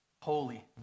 holy